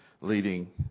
leading